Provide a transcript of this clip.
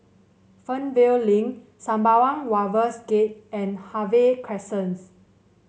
Fernvale Link Sembawang Wharves Gate and Harvey Crescents